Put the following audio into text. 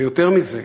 ויותר מזה,